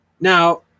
Now